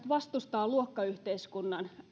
vastustavat luokkayhteiskunnan